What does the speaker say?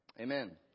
Amen